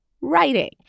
writing